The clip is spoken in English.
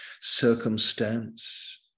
circumstance